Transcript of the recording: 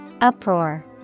Uproar